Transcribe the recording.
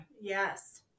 Yes